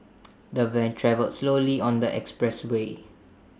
the van travelled slowly on the expressway